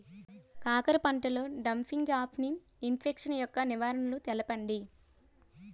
కాకర పంటలో డంపింగ్ఆఫ్ని ఇన్ఫెక్షన్ యెక్క నివారణలు తెలపండి?